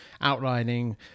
outlining